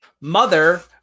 mother